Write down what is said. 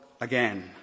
again